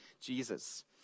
Jesus